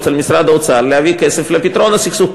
על משרד האוצר להביא כסף לפתרון הסכסוך,